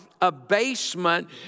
abasement